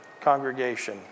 congregation